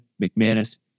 McManus